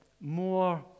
more